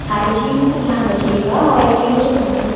hygienes का ध्यान रखिएगा और एक्चुअली जो हमारे